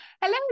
Hello